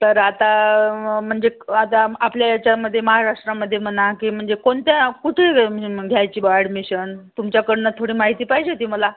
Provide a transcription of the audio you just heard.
तर आता म्हणजे आता आपल्या याच्यामध्ये महाराष्ट्रामध्ये म्हणा की म्हणजे कोणत्या कुठं घ्यायची बुवा ॲडमिशन तुमच्याकडून थोडं माहिती पाहिजे होती मला